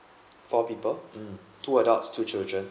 four people mm two adults two children